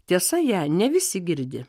tiesa ją ne visi girdi